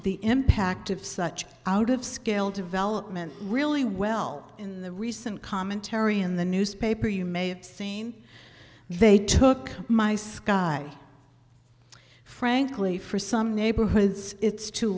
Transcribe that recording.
the impact of such out of scale development really well in the recent commentary in the newspaper you may have seen they took my sky frankly for some neighborhoods it's too